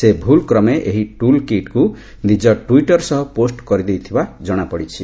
ସେ ଭୁଲ୍ କ୍ରମେ ଏହି ଟୁଲ୍ କିଟ୍କୁ ନିଜ ଟ୍ସିଟ୍ର ସହ ପୋଷ୍ଟ କରିଦେଇଥିବା ଜଣାପଡ଼ିଛି